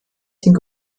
sind